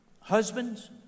husbands